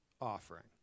offering